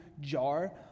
jar